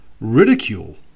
ridicule